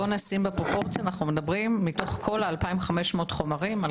נשים בפרופורציות - אנחנו מדברים מתוך כל ה-2,500 חומרים-